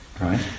right